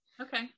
Okay